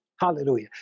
Hallelujah